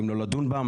האם לא לדון בה,